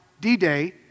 D-Day